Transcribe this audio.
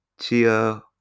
Chia